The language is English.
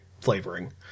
flavoring